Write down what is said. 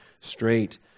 straight